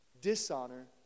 dishonor